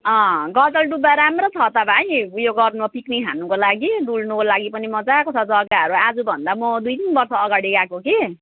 अँ गजलडुब्बा राम्रो छ त भाइ उयो गर्न पिकनिक खानुको लागि डुल्नुको लागि पनि मजाको छ जग्गाहरू आजभन्दा म दुईतिन वर्ष अगाडि गएको कि